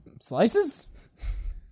Slices